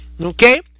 okay